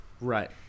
Right